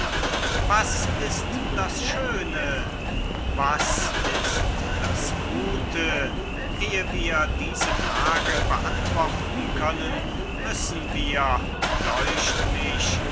was ist das schöne was ist das gute eh wir diese fragen beantworten können müssen wir deucht mich